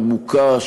עמוקה,